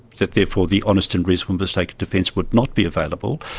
that therefore the honest and reasonable mistake defence would not be available.